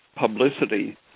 publicity